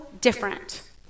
different